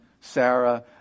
Sarah